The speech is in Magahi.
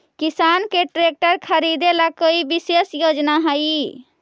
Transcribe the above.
किसान के ट्रैक्टर खरीदे ला कोई विशेष योजना हई?